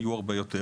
היו הרבה יותר,